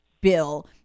bill